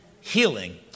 Healing